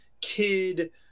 kid